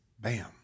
Bam